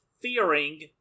fearing